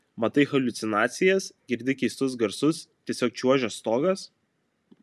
matai haliucinacijas girdi keistus garsus tiesiog čiuožia stogas